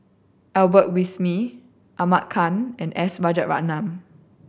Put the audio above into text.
Albert Winsemius Ahmad Khan and S Rajaratnam